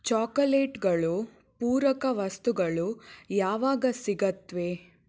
ಚಾಕೊಲೇಟ್ಗಳು ಪೂರಕ ವಸ್ತುಗಳು ಯಾವಾಗ ಸಿಗುತ್ವೆ